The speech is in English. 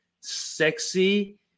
sexy